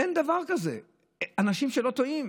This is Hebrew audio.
אין דבר כזה אנשים שלא טועים,